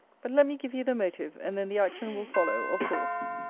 but let me give you the motive, and then the action will follow of course.